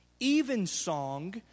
Evensong